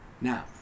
Now